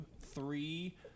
three